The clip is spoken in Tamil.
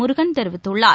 முருகன் தெரிவித்தள்ளார்